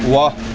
ਵਾਹ